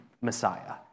Messiah